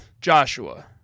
Joshua